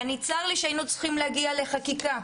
וצר לי שהיינו צריכים להגיע לחקיקה,